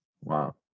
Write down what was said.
wow